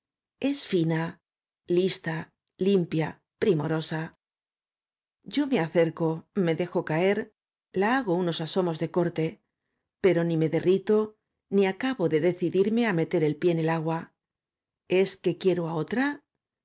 es fina lista limpia primorosa yo me acerco me dejo caer la hago unos asomos de corte pero ni me derrito ni acabo de decidirme á meter el pie en el agua es que quiero á otra